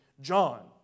John